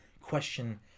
question